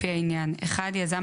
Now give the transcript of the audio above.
לפי העניין: (1)יזם,